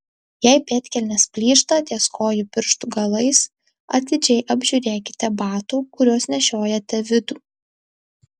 jei pėdkelnės plyšta ties kojų pirštų galais atidžiai apžiūrėkite batų kuriuos nešiojate vidų